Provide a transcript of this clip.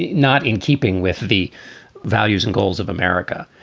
not in keeping with the values and goals of america.